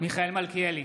מיכאל מלכיאלי,